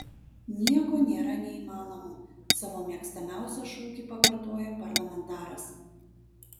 nieko nėra neįmanomo savo mėgstamiausią šūkį pakartojo parlamentaras